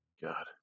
God